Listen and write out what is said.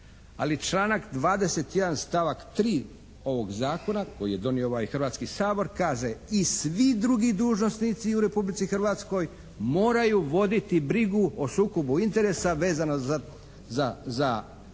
Ali članak 21. stavak 3. ovog zakona koji je donio ovaj Hrvatski sabor kaže: "I svi drugi dužnosnici u Republici Hrvatskoj moraju voditi brigu o sukobu interesa vezano za članke